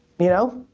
you know?